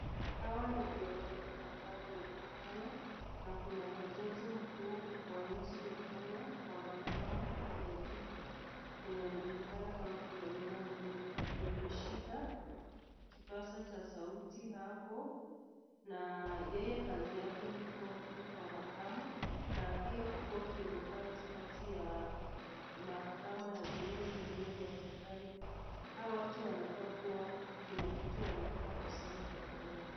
Hawa ni viongozi ambao wanajulikana na Kuna jaji mkuu wa nchi ya kenya mahakama ya juu mwenye anajulikana kama philomena mwilu ameshika kipasa za sauti hapo na yenye kazi yake ni kuwa mkuu wa mahakama na pia kuna kiungo kati ya mahakama na viungo vingine vya serekali , hawa watu wanakaa kuwa kuna kitu wanataka kusema kwa kamera.